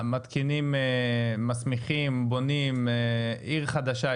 מתקינים או מסמיכים או בונים עיר חדשה,